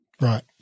Right